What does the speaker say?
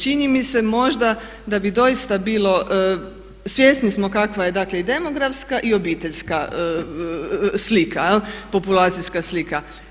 Čini mi se možda da bi doista bilo, svjesni smo kakva je dakle i demografska i obiteljska slika, populacijska slika.